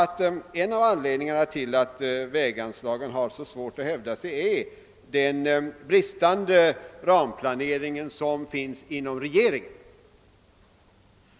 En av anledningarna till att väganslagen har så svårt att hävda sig är den bristande ramplaneringen inom regeringen.